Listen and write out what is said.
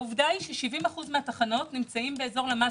העובדה היא ש-70% מן התחנות נמצאות באזור הלמ"ס